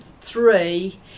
three